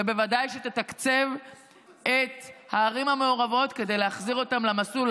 ובוודאי שתתקצב את הערים המעורבות כדי להחזיר אותן למסלול,